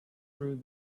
through